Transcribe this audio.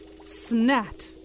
Snat